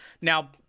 now